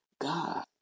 God